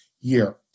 year